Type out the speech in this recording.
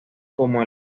como